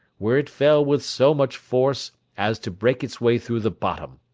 where it fell with so much force as to break its way through the bottom.